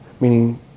Meaning